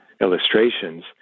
illustrations